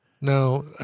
No